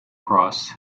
cross